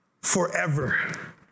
forever